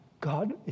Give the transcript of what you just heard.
God